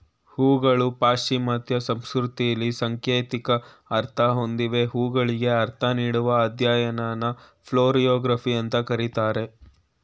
ಹೂಗಳು ಪಾಶ್ಚಿಮಾತ್ಯ ಸಂಸ್ಕೃತಿಲಿ ಸಾಂಕೇತಿಕ ಅರ್ಥ ಹೊಂದಿವೆ ಹೂಗಳಿಗೆ ಅರ್ಥ ನೀಡುವ ಅಧ್ಯಯನನ ಫ್ಲೋರಿಯೊಗ್ರಫಿ ಅಂತ ಕರೀತಾರೆ